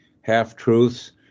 half-truths